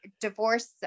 divorce